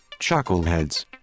chuckleheads